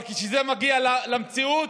אבל כשזה מגיע למציאות,